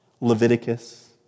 Leviticus